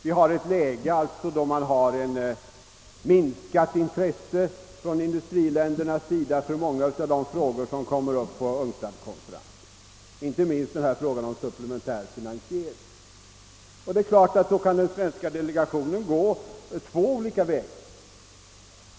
Vi har ett läge med ett minskat intresse bland industriländerna för många av de frågor som kommer upp på UNCTAD-konferensen, inte minst gäller det frågan om supplementär finansiering. Det är givet att den svenska delegationen därvid kan gå två olika vägar.